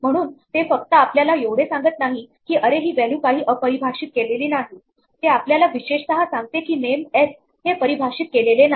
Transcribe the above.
म्हणून ते फक्त आपल्याला एवढे सांगत नाही की अरे हि व्हॅल्यू काही परिभाषेत केलेली नाही ते आपल्याला विशेषतः सांगते की नेम x हे परिभाषित केलेले नाही